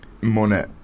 Monet